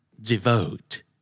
Devote